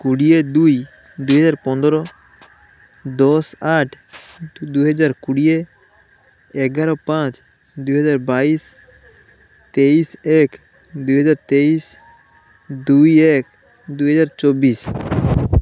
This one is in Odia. କୋଡ଼ିଏ ଦୁଇ ଦୁଇ ହଜାର ପନ୍ଦର ଦଶ ଆଠ ଦୁଇ ହଜାର କୋଡ଼ିଏ ଏଗାର ପାଞ୍ଚ ଦୁଇ ହଜାର ବାଇଶି ତେଇଶି ଏକ ଦୁଇ ହଜାର ତେଇଶି ଦୁଇ ଏକ ଦୁଇ ହଜାର ଚବିଶି